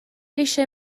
eisiau